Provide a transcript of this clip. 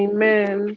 Amen